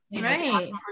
Right